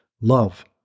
love